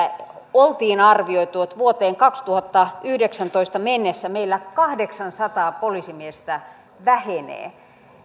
oli arvioitu että vuoteen kaksituhattayhdeksäntoista mennessä meillä kahdeksansataa poliisimiestä vähenee